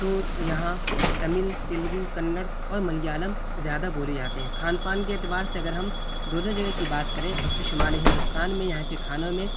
تو یہاں تمل تلگو کنڑ اور ملیالم زیادہ بولی جاتے ہیں کھان پان کے اعتبار سے اگر ہم دونوں جگہ کی بات کریں تو شمالی ہندوستان میں یہاں کے کھانوں میں